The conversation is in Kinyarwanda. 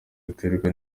ziterwa